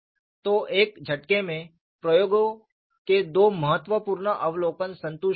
तो एक झटके में प्रयोगों के दो महत्वपूर्ण अवलोकन संतुष्ट हो गए